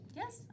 yes